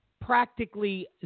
practically